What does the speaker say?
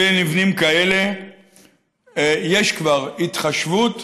לגבי מבנים כאלה יש כבר התחשבות